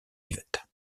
yvette